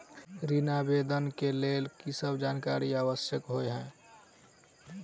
ऋण आवेदन केँ लेल की सब जानकारी आवश्यक होइ है?